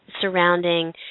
surrounding